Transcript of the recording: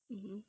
hmm